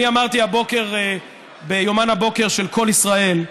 אני אמרתי הבוקר ביומן הבוקר של קול ישראל,